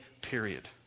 period